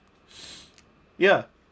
ya